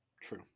True